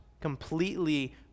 completely